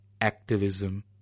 Activism